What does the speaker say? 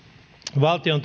valtion